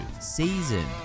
season